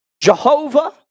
Jehovah